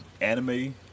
anime